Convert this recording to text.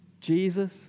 Jesus